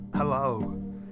Hello